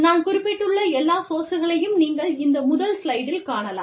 நான் குறிப்பிட்டுள்ள எல்லா சோர்ஸ்களையும் நீங்கள் இந்த முதல் ஸ்லைடில் காணலாம்